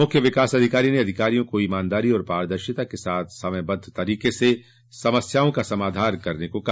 मुख्य विकास अधिकारी ने अधिकारियों को ईमानदारी और पारदर्शिता के साथ समयबद्ध तरीके से समस्याओं का समाधान करने को कहा